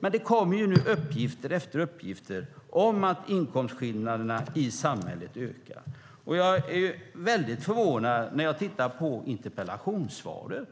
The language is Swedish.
Det kommer nu uppgift efter uppgift om att inkomstskillnaderna i samhället ökar. Jag är väldigt förvånad när jag tittar på interpellationssvaret.